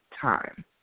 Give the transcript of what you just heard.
time